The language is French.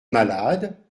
malade